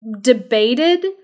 debated